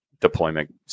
deployment